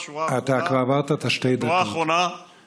שורה אחרונה,